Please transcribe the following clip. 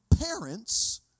parents